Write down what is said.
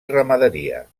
ramaderia